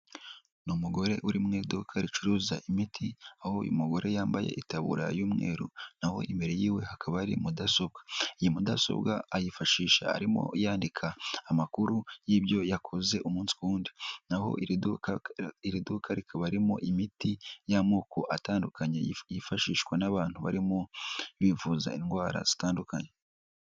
Ni umugore uri mu iduka ricuruza imiti aho uyu mugore yambaye itaburiya y'umweru naho imbere y'iwe hakaba hari mudasobwa iyi mudasobwa ayifashisha arimo yandika amakuru y'ibyo yakoze umunsi ku wundi naho iri duka rikaba ririmo imiti y'amoko atandukanye yifashishwa n'abantu barimo bivuza indwara zitandukanye.